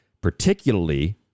particularly